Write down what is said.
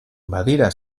badira